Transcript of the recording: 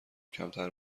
کمتر